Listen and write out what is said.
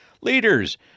Leaders